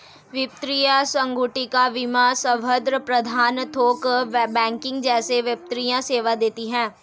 वित्तीय संगुटिका बीमा संपत्ति प्रबंध थोक बैंकिंग जैसे वित्तीय सेवा देती हैं